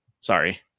Sorry